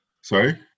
Sorry